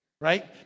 right